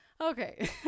Okay